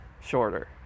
shorter